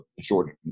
Jordan